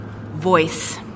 voice